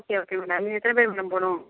okay okay madam நீங்கள் எத்தனை பேர் மேடம் போகணும்